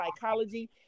psychology